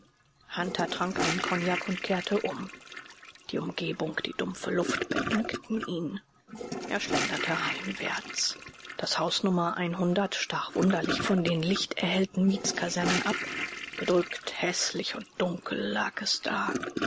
hunter trank einen kognak und kehrte um die umgebung die dumpfe luft beengten ihn er schlenderte heimwärts das haus nr stach wunderlich von den lichterhellten mietskasernen ab gedrückt häßlich und dunkel lag es da